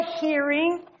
hearing